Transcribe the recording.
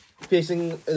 facing